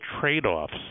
trade-offs